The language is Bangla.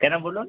কেন বলুন